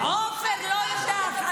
עופר לא יודח,